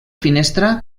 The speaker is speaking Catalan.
finestra